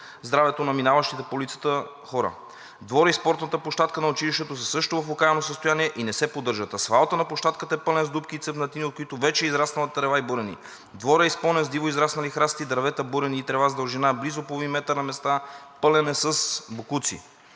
здравето на минаващите по улицата хора. Дворът и спортната площадка на училището са също в окаяно състояние и не се поддържат. Асфалтът на площадката е пълен с дупки и цепнатини, от които вече е израснала трева и бурени. Дворът е изпълнен с дивоизраснали храсти, дървета, бурени и трева с дължина близо половин метър на места, пълен е с боклуци.